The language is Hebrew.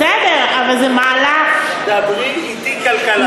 בסדר, אבל זה מהלך, דברי אתי כלכלה.